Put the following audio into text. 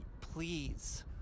Please